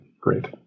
Great